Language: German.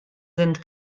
sind